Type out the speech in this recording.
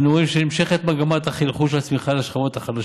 אנו רואים שנמשכת מגמת החלחול של הצמיחה לשכבות החלשות,